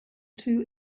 two